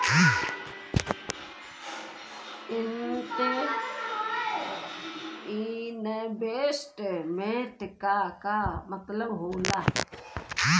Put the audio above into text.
Investment क का मतलब हो ला?